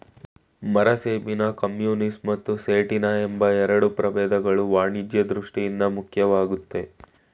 ಮರಸೇಬಿನ ಕಮ್ಯುನಿಸ್ ಮತ್ತು ಸೇಟಿನ ಎಂಬ ಎರಡು ಪ್ರಭೇದಗಳು ವಾಣಿಜ್ಯ ದೃಷ್ಠಿಯಿಂದ ಮುಖ್ಯವಾಗಯ್ತೆ